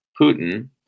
Putin